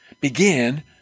began